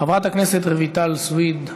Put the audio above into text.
חברת הכנסת רויטל סויד,